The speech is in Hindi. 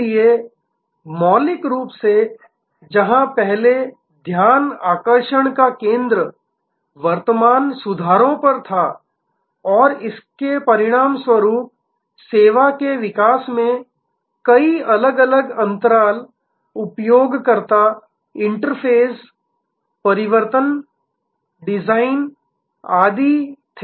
इसलिए मौलिक रूप से जहां पहले ध्यान आकर्षण का केंद्र वर्तमान सुधारों पर था और इसके परिणामस्वरूप सेवा के विकास में कई अलग अलग अंतराल उपयोगकर्ता इंटरफ़ेस परिवर्तन डिज़ाइन आदि थे